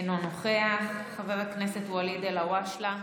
אינו נוכח, חבר הכנסת ואליד אלהואשלה,